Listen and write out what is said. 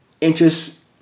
interest